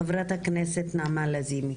חברת הכנסת נעמה לזימי.